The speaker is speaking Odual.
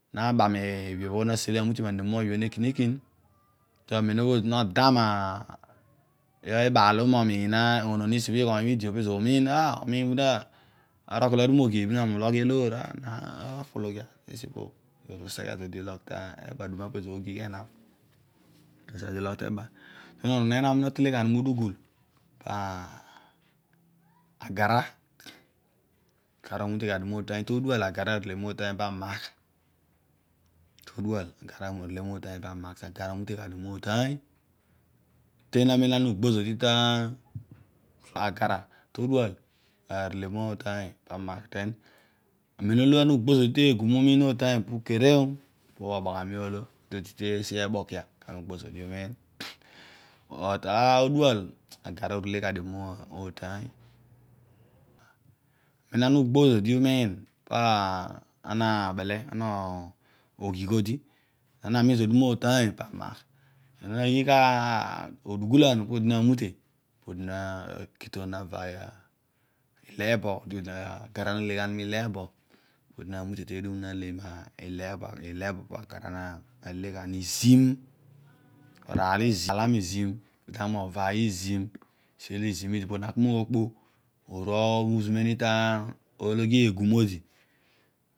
Na ba mibhi na sele amutiom anem ibhi bho ne hinikin, amen no da mebaal lo bho momiin, monon esi bho ighoony idi bho amiin ah, arol kolo na tu moghili pamo ulogh eloor ah, ana kpulughia tesi opo bho ami useghe zedi ulogh teba, aduma opo bho ezoor ughigh enam useghe ulogh teba, den onon enam olo natele gha mudugul pa agara, agara omute gha motaany todual ughol agara arele motaany pamagh, todual agara arele motaany pamagh so agara orele gha dio mo taany, uten amem ana ugbo zodi tah agara toduap arele motaany pe amagh den anen olo ana ugbo zodi tegum umiin otaany po kere oh, opo bho obaghami olo, odi, odi tesi ebokia kedio ana ugbo zodi unin, but todual agara orele gha dio motueny, amen ana ugbo zodi umiin kana nabele oghigh odi, ana miin zodi motaany pamagh anem ana na aghigh udugulaan podi naghiil namute, omusme ni tolaghi egum odi.